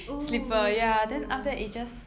oo